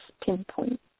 pinpoint